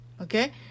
Okay